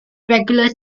regularly